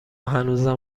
هنوزم